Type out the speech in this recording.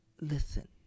Listen